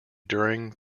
during